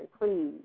please